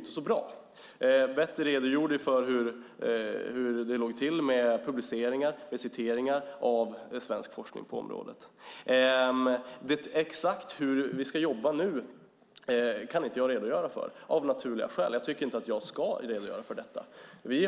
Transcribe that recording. Betty Malmberg redogjorde för hur det låg till med publicering och citering av svensk forskning på området. Exakt hur vi ska jobba nu kan inte jag redogöra för, av naturliga skäl. Jag tycker inte att jag ska redogöra för detta. Vi